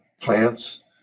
plants